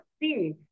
see